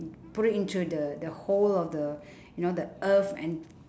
put it into the the hole of the you know the earth and